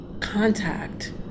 contact